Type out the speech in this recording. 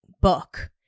book